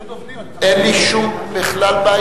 אם, אין לי שום בעיה.